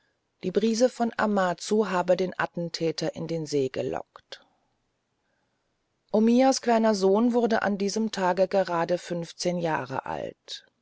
die brise von amazu habe den attentäter in den see gelockt omiyas kleiner sohn wurde an diesem tage gerade fünfzehn jahre alt